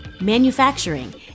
manufacturing